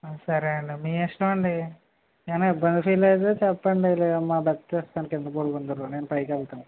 సరే అండి మీ ఇష్టం అండి ఏదైనా ఇబ్బంది ఫీల్ అయితే చెప్పండి లేదా మా బెర్త్ ఇస్తాను కింద పడుకుందురు కానీ నేను పైకి వెళ్తాను